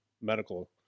medical